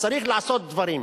צריך לעשות דברים.